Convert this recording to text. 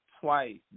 twice